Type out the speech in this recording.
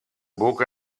book